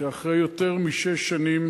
שאחרי יותר משש שנים